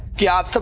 job so